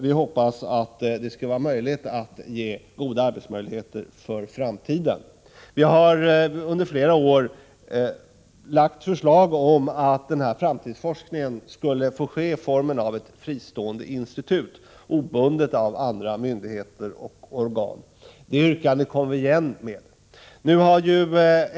Vi hoppas att det skall vara möjligt att ge goda arbetsmöjligheter för framtiden. Under flera år har vi lagt fram förslag om att framtidsforskningen skall skötas av ett fristående institut, som är obundet av andra myndigheter och organ. Det yrkandet upprepar vi.